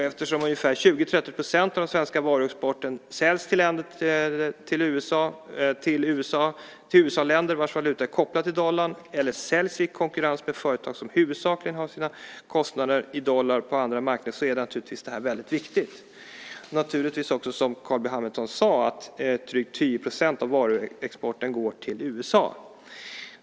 Eftersom ungefär 20-30 % av den svenska varuexporten säljs till USA och länder vars valuta är kopplad till dollarn eller säljs i konkurrens med företag som huvudsakligen har sina kostnader i dollar på andra marknader så är det här naturligtvis väldigt viktigt. Det är också så som Carl B Hamilton sade att drygt 10 % av varuexporten går till USA.